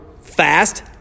fast